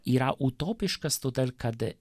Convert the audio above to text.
yra utopiškas todėl kad